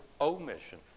omission